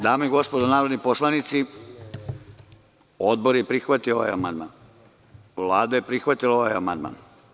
Dame i gospodo narodni poslanici, odbor je prihvatio ovaj amandman, Vlada je prihvatila ovaj amandman.